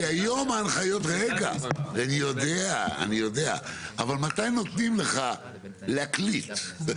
כי היום ההנחיות, מתי נותנים לך להקליט.